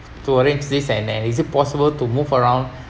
to arrange this and and is it possible to move around